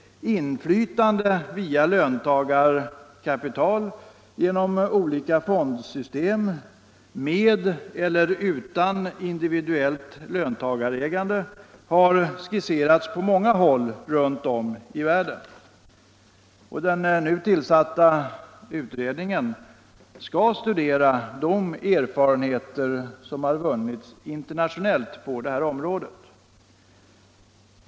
Inflytande via löntagarkapital genom olika fondsystem med eller utan individuellt löntagarägande har skisserats på många håll runt om i världen. Den nu tillsatta utredningen skall studera de erfarenheter som har vunnits internationellt på det här området.